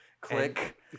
Click